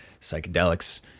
psychedelics